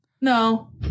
No